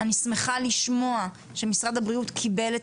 אני שמחה לשמוע שמשרד הבריאות קיבל את